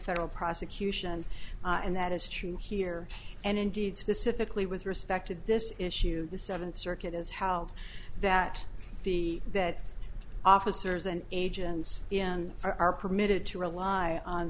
federal prosecutions and that is true here and indeed specifically with respect to this issue the seventh circuit is how that the that officers and agents in are permitted to rely on